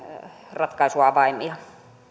ratkaisun avaimia